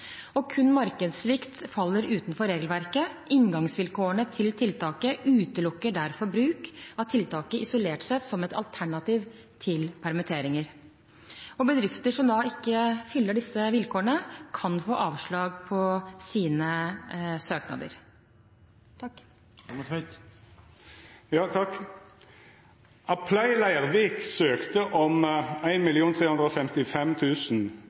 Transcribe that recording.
Kun markedssvikt faller utenfor regelverket. Inngangsvilkårene til tiltaket utelukker derfor bruk av tiltaket isolert som et alternativ til permitteringer. Bedrifter som ikke fyller disse vilkårene, kan få avslag på sine søknader. Apply Leirvik søkte om